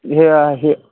हे आं हे